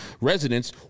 residents